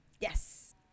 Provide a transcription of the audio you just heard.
yes